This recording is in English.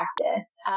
practice